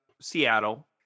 Seattle